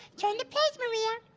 turn the page, maria. ah.